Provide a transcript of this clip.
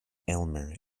aylmer